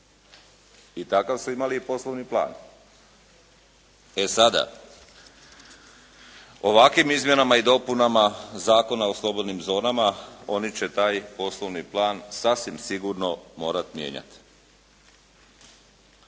i takav su imali i poslovni plan. E sada, ovakvim izmjenama i dopunama Zakona o slobodnim zonama oni će taj poslovni plan sasvim sigurno morati mijenjati.